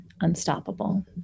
unstoppable